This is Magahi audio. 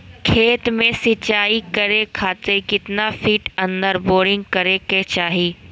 खेत में सिंचाई करे खातिर कितना फिट अंदर बोरिंग करे के चाही?